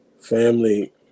Family